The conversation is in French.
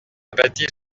bâtie